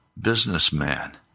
businessman